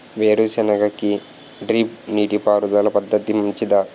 వేరుసెనగ కి డ్రిప్ నీటిపారుదల పద్ధతి మంచిదా?